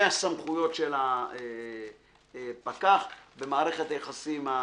מהסמכויות של הפקח במערכת היחסים.